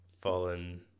Fallen